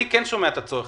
אני כן שומע את הצורך,